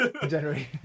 January